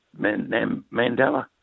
Mandela